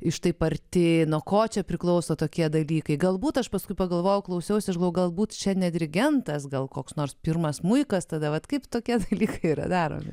iš taip arti nuo ko čia priklauso tokie dalykai galbūt aš paskui pagalvojau klausiausi galbūt čia ne dirigentas gal koks nors pirmas smuikas tada vat kaip tokie dalykai yra daromi